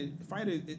fighter